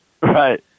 Right